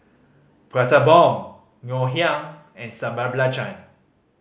Prata Bomb Ngoh Hiang and Sambal Belacan